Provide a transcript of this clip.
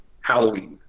Halloween